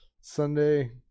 Sunday